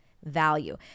value